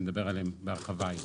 שנדבר עליהם בהרחבה היום.